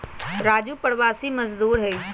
राजू प्रवासी मजदूर हई